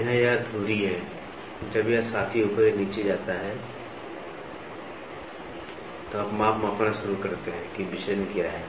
तो यह यहाँ धुरी है जब यह साथी ऊपर या नीचे जाता है तो आप मापना शुरू कर सकते हैं कि विचलन क्या है